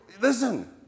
listen